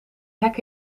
hek